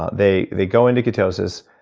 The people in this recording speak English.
ah they they go into ketosis.